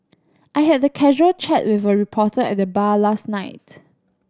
I had a casual chat with a reporter at the bar last night